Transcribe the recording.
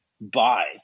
buy